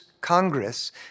Congress